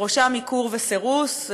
ובראשם עיקור וסירוס,